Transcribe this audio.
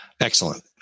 excellent